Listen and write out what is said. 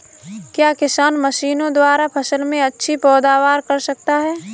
क्या किसान मशीनों द्वारा फसल में अच्छी पैदावार कर सकता है?